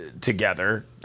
together